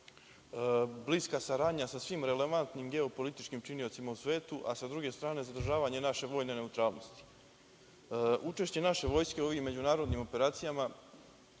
bliska saradnja sa svim relevantnim geopolitičkim činiocima u svetu, a sa druge strane zadržavanje naše vojne neutralnosti. Učešće naše Vojske u ovim međunarodnim operacijama